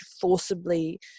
forcibly